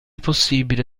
possibile